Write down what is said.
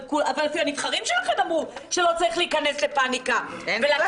שהנבחרים שלכם אמרו שלא צריך להיכנס לפניקה -- אין בכלל קורונה.